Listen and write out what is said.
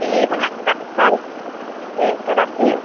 ठीक हय रक्खै ठीक छै रखियै